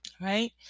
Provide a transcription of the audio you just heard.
right